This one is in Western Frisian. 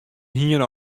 hiene